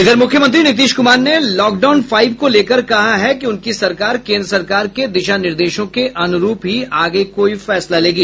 इधर मुख्यमंत्री नीतीश कुमार ने लॉकडाउन पांच को लेकर कहा है कि उनकी सरकार केन्द्र सरकार के दिशा निर्देशों के अनुरूप ही आगे कोई फैसला लेगी